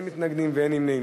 אין מתנגדים ואין נמנעים.